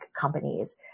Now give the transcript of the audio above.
companies